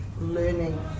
learning